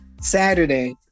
Saturday